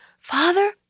father